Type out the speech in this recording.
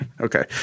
Okay